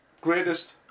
Greatest